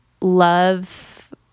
love